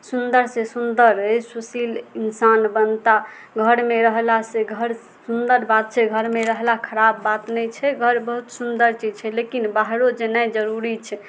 सुन्दर से सुन्दर अछि सुशील इन्सान बनता घरमे रहला से घर सुन्दर बात छै घरमे रहला खराब बात नहि छै घर बहुत सुन्दर चीज छै लेकिन बाहरो जेनाइ जरूरी छै